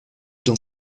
dans